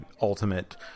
ultimate